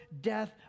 death